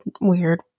weird